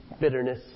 bitterness